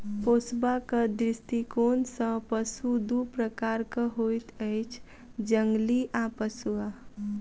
पोसबाक दृष्टिकोण सॅ पशु दू प्रकारक होइत अछि, जंगली आ पोसुआ